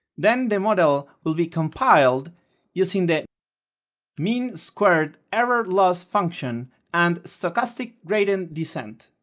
then the model will be compiled using the mean squared error loss function and stochastic gradient descent.